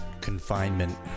confinement